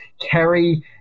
Kerry